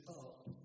up